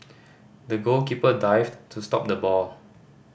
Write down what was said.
the goalkeeper dived to stop the ball